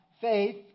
faith